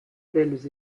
tels